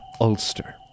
Ulster